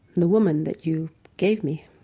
the woman that you gave me.